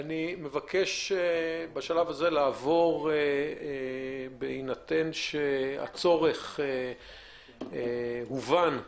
אני מבקש לעבור, בהינתן שהצורך הובן,